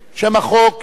שם החוק נתקבל.